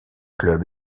clubs